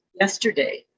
yesterday